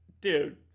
dude